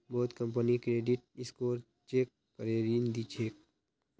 बहुत company credit score check करे ऋण दी छेक